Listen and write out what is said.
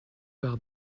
par